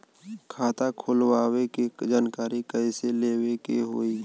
खाता खोलवावे के जानकारी कैसे लेवे के होई?